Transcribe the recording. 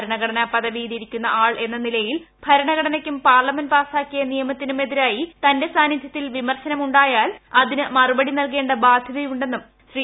ഭരണഘടനാ പദവിയിൽ ഇരിക്കുന്ന ആൾ എന്ന നിലയിൽ ഭരണഘടനക്കും പാർലമെന്റ് പാസാക്കിയ നിയമത്തിനും എതിരായി തന്റെ സാന്നിധ്യത്തിൽ വിമർശനം ഉണ്ടായാൽ അതിന് മറുപടി നൽകേണ്ട ബാധ്യതയുണ്ടെന്നും ശ്രീ